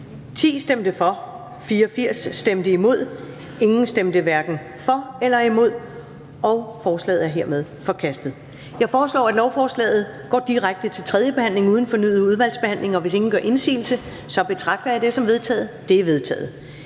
hverken for eller imod stemte 0. Ændringsforslaget er forkastet. Jeg foreslår, at lovforslaget går direkte til tredje behandling uden fornyet udvalgsbehandling. Hvis ingen gør indsigelse, betragter jeg dette som vedtaget. Det er vedtaget.